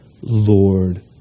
Lord